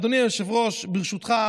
אדוני היושב-ראש,